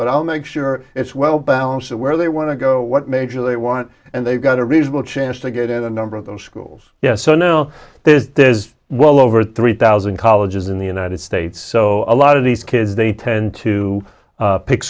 but i'll make sure it's well balanced where they want to go what major they want and they've got a reasonable chance to get in a number of those schools yes so now there's well over three thousand colleges in the united states so a lot of these kids they tend to pick